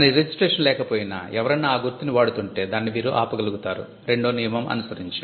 కాని రిజిస్ట్రేషన్ లేక పోయినా ఎవరన్నా ఆ గుర్తుని వాడుతుంటే దానిని వీరు ఆపగలుగుతారు రెండో నియమం అనుసరించి